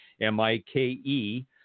M-I-K-E